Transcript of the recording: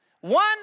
One